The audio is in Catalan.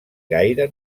gaire